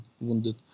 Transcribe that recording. wounded